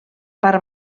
part